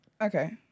Okay